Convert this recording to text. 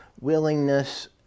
willingness